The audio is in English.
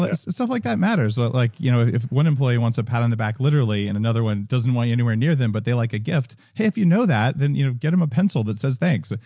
ah stuff like that matters. but like you know if if one employee wants a pat on the back literally, and another one doesn't want you anywhere near them, but they like a gift, hey, if you know that, then you know get them a pencil that says thanks.